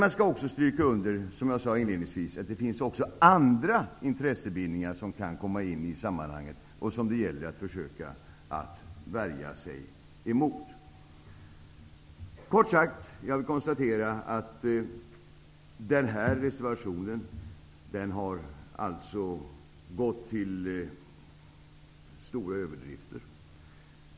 Man stryker också under att andra intressebindningar kan komma in i sammanhanget och att det gäller att försöka värja sig emot dem. Kort sagt vill jag konstatera att Socialdemokraterna i den här reservationen har gått till stora överdrifter.